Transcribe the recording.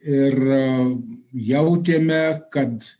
ir jautėme kad